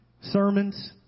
sermons